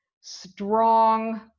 strong